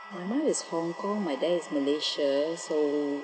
my mum is hong kong my dad is malaysia so